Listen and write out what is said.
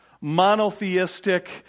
monotheistic